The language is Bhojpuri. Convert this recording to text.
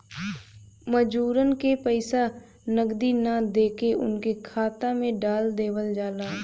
मजूरन के पइसा नगदी ना देके उनके खाता में डाल देवल जाला